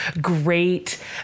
great